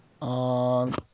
on